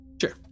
Sure